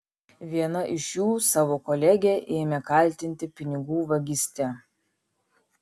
viena iš jų savo kolegę ėmė kaltinti pinigų vagyste